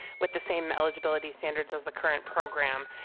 with the same eligibility standards as the current program.